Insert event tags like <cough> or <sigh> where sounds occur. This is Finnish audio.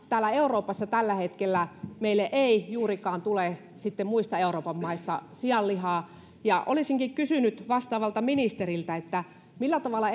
täällä euroopassa tällä hetkellä meille ei juurikaan tule muista euroopan maista sianlihaa olisinkin kysynyt vastaavalta ministeriltä millä tavalla <unintelligible>